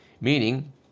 meaning